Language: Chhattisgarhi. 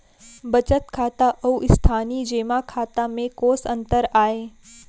बचत खाता अऊ स्थानीय जेमा खाता में कोस अंतर आय?